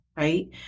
Right